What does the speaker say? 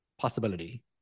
possibility